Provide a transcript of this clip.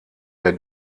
der